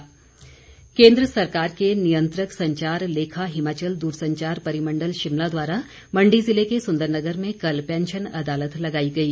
प्रैंशन अदालत केंद्र सरकार के नियंत्रक संचार लेखा हिमाचल दूरसंचार परिमंडल शिमला द्वारा मण्डी जिले के सुंदरनगर में कल पैंशन अदालत लगाई गई